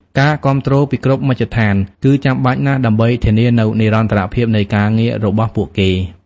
ការគាំទ្រពីគ្រប់មជ្ឈដ្ឋានគឺចាំបាច់ណាស់ដើម្បីធានានូវនិរន្តរភាពនៃការងាររបស់ពួកគេ។